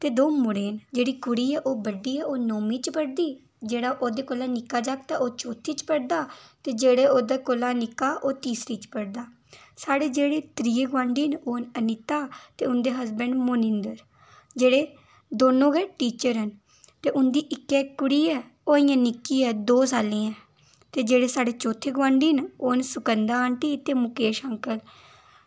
द'ऊं मुड़े न जेह्ड़ी कुड़ी ऐ ओह् बड्डी ऐ ओह् नौमीं च पढ़दी जेह्ड़ा ओह्दे कोला निक्का जागत ऐ ओह् चौथी च पढ़दा ते जेह्ड़े ओह्दे कोला निक्का ओह् तीसरी च पढ़दा साढ़ै जेह्ड़े त्रिये गोआंढी न ओह् न अनीता ते उं'दे हंसबैंड मोनिंदर जेह्ड़े दोनों गै टीचर ऐ ते उं'दी इक्कै कुड़ी ऐ ओह् अजें निक्की ऐ दो साल्लें दी ऐ जेहड़े साढ़ै चौथे गोआंडी न ओह् न सुगंदा आंटी ते मुकेश अंकल